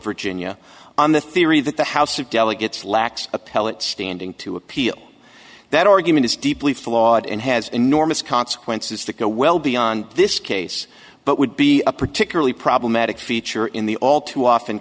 virginia on the theory that the house of delegates lacks appellate standing to appeal that argument is deeply flawed and has enormous consequences that go well beyond this case but would be a particularly problematic feature in the all too often